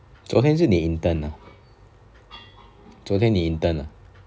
昨天是你 intern ah 昨天你 intern ah